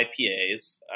IPAs